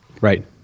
Right